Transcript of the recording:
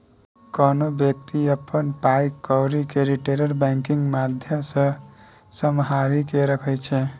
कोनो बेकती अपन पाइ कौरी केँ रिटेल बैंकिंग माध्यमसँ सम्हारि केँ राखै छै